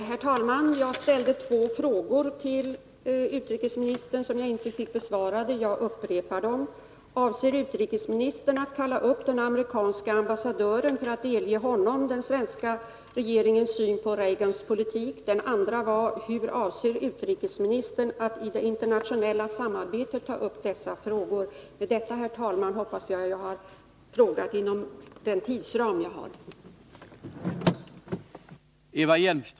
Herr talman! Jag ställde två frågor till utrikesministern som jag inte fick besvarade. Jag upprepar dem. att delge honom den svenska regeringens syn på Reagans politik? Med detta, herr talman, hoppas jag ha frågat inom den tidsram jag har till mitt förfogande.